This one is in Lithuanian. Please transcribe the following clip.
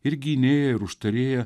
ir gynėja ir užtarėja